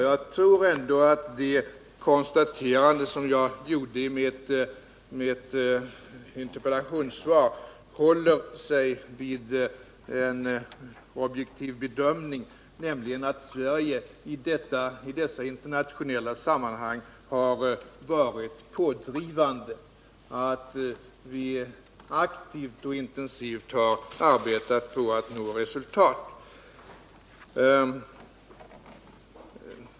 Jag tror ändå att det konstaterande som jag gjorde i mitt interpellationssvar håller vid en objektiv bedömning, nämligen att Sverige i dessa internationella sammanhang har varit pådrivande och aktivt och intensivt arbetat på att nå resultat.